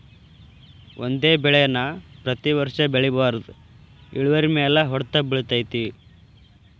ಒಂದೇ ಬೆಳೆ ನಾ ಪ್ರತಿ ವರ್ಷ ಬೆಳಿಬಾರ್ದ ಇಳುವರಿಮ್ಯಾಲ ಹೊಡ್ತ ಬಿಳತೈತಿ